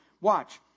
Watch